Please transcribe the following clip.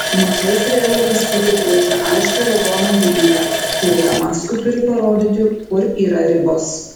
maža izraelio valstybė brėžia aiškią raudoną liniją kuri damaskui turi parodyti kur yra ribos